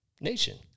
nation